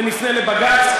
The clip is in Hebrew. ונפנה לבג"ץ.